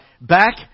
back